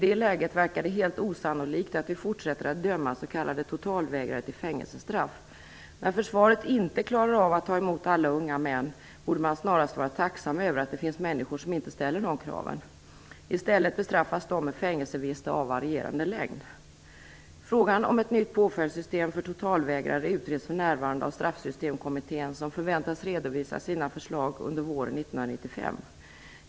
I det läget verkar det helt osannolikt att vi fortsätter att döma s.k. totalvägrare till fängelsestraff. När försvaret inte klarar av att ta emot alla unga män, borde man snarast vara tacksam över att det finns människor som inte ställer dessa krav. I stället bestraffas de med fängelsevistelse av varierande längd. Frågan om ett nytt påföljdssystem för totalvägrare utreds för närvarande av Straffsystemkommittén. Den förväntas redovisa sina förslag under våren 1995.